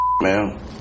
man